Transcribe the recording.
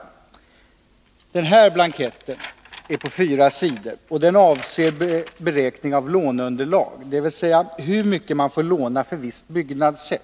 Jag har här en blankett på fyra sidor som är avsedd för beräkning av låneunderlag, dvs. hur mycket man får låna för visst byggnadssätt.